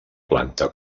planta